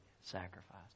sacrifice